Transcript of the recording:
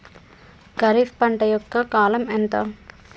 ఖరీఫ్ పంట యొక్క కాలం ఎంత?